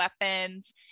weapons